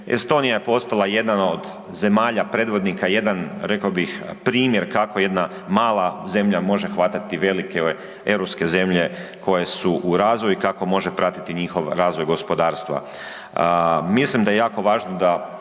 Estonija je postala jedna od zemalja predvodnika, jedan rekao bih, primjer kako jedna mala zemlja može hvatati velike europske zemlje koje su u razvoju i kako može pratiti njihov razvoj gospodarstva. Mislim da je jako važno da